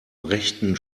rechten